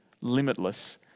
limitless